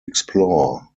explore